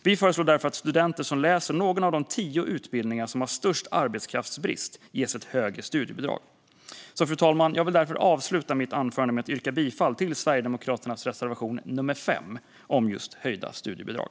Vi föreslår därför att studenter som läser någon av de tio utbildningar som har störst arbetskraftsbrist ges ett högre studiebidrag. Fru talman! Jag vill därför avsluta mitt anförande med att yrka bifall till Sverigedemokraternas reservation 5 om just höjda studiebidrag.